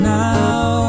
now